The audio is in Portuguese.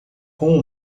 com